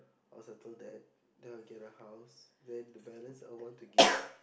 I will settle that then I get a house then the balance I want to give her